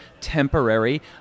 temporary